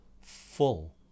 full